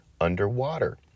underwater